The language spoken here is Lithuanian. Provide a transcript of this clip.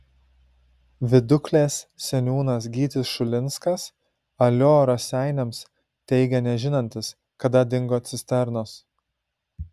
viduklės seniūnas gytis šulinskas alio raseiniams teigė nežinantis kada dingo cisternos